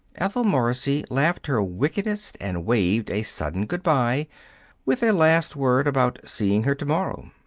ethel morrissey laughed her wickedest and waved a sudden good-by with a last word about seeing her to-morrow.